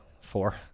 Four